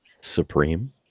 Supreme